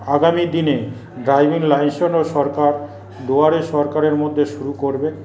আগামী দিনে driving licence ও সরকার দুয়ারে সরকারের মধ্যে শুরু করবে